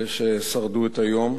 אלה ששרדו את היום,